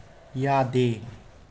ꯌꯥꯗꯦ